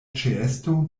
ĉeesto